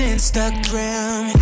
Instagram